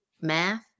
math